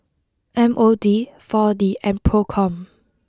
M O D four D and PRO com